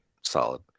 solid